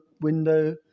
window